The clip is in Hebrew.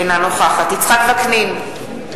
אינה נוכחת יצחק וקנין,